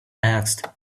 asked